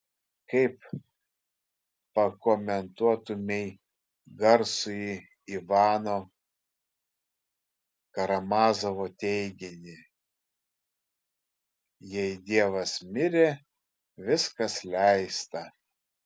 kaip pakomentuotumei garsųjį ivano karamazovo teiginį jei dievas mirė viskas leista